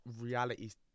realities